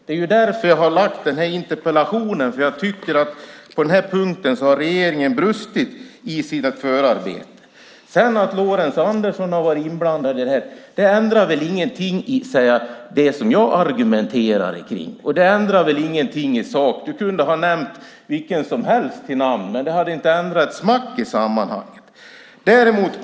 Det är ju därför jag har ställt den här interpellationen, för jag tycker att regeringen har brustit i sina förarbeten på den här punkten. Att Lorentz Andersson har varit inblandad i det här ändrar väl ingenting när det gäller det jag argumenterar för. Det ändrar ingenting i sak. Du kunde ha nämnt vem som helst vid namn. Det hade inte ändrat ett smack i sammanhanget.